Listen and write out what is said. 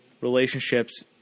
relationships